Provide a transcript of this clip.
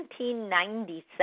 1997